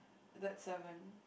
that sermon